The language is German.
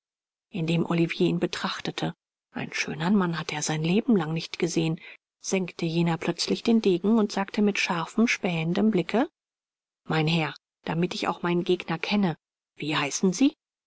indem olivier ihn betrachtete einen schönern mann hatte er sein leben lang nicht gesehen senkte jener plötzlich den degen und sagte mit scharfem spähendem blicke mein herr damit ich auch meinen gegner kenne wie heißen sie